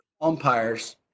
umpires